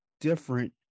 different